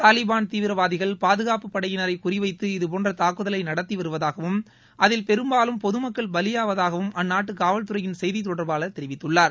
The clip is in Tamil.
தாலிபான் தீவிரவாதிகள் பாதுகாப்புப்படையினரை குறிவைத்து இதுபோன்ற தாக்குதலை நடத்தி வருவதாகவும் அதில் பெரும்பாலும் பொதுமக்கள் பலியாவதாகவும் தொடர்பாளர் தெரிவித்துள்ளார்